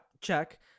check